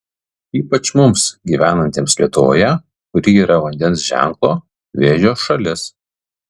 ypač mums gyvenantiems lietuvoje kuri yra vandens ženklo vėžio šalis